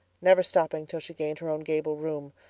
never stopping till she gained her own gable room,